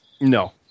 No